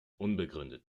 unbegründet